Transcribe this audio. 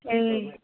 ए